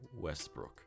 Westbrook